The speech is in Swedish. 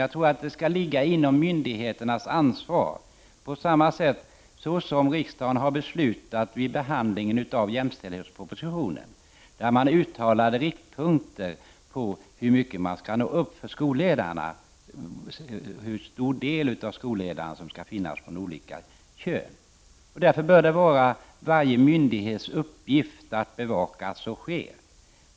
Jag tror att det skall ligga inom myndigheternas ansvar, på samma sätt som riksdagen har beslutat när det gäller behandlingen av jämställdhetspropositionen. Man uttalade riktpunkter för hur många skolledare som skall vara manliga resp. kvinnliga. Det bör därför vara varje myndighets uppgift att bevaka att så sker.